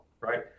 right